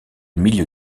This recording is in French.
milieu